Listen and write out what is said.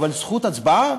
אבל זכות הצבעה